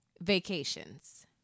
Vacations